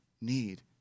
need